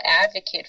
advocate